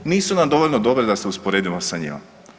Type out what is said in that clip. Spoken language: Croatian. Nisu nam dovoljno dobre da se usporedimo sa njima.